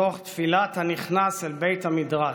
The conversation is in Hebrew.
מתוך תפילת הנכנס אל בית המדרש: